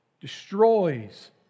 destroys